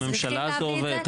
בממשלה זה עובד,